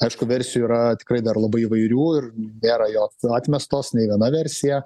aišku versijų yra tikrai dar labai įvairių ir nėra jog atmestos nei viena versija